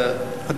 הגעתי לפה כדי,